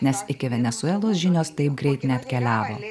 nes iki venesuelos žinios taip greit neatkeliavo